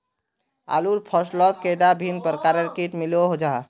आलूर फसलोत कैडा भिन्न प्रकारेर किट मिलोहो जाहा?